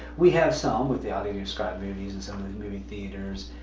we have some. with the audio-described movies and some of the movie theaters.